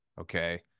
Okay